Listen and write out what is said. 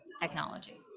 technology